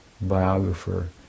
biographer